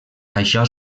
això